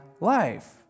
life